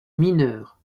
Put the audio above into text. mineures